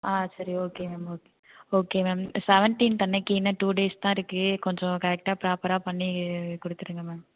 ஆ சரி okay ma'am okay okay ma'am seventeenth அன்னைக்கு இன்னும் டூ டேஸ் தான் இருக்கு கொஞ்சம் கரெக்டாக ப்ராப்பராக பண்ணி கொடுத்துருங்க மேம்